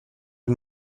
and